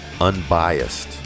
unbiased